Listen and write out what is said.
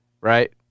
right